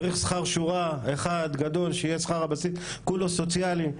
צריך שכר שורה אחד גדול שיהיה שכר הבסיס, סוציאלי.